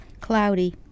cloudy